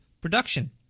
production